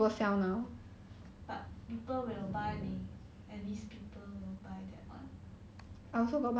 maybe you should sell the 海吃家 product sia